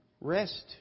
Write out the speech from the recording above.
rest